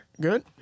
Good